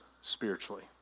spiritually